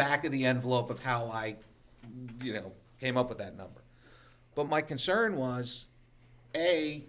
back of the envelope of how i view him came up with that number but my concern was a